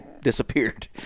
disappeared